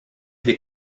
des